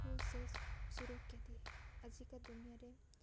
କୁ ସେ ସୁରକ୍ଷା ଦିଏ ଆଜିକା ଦୁନିଆରେ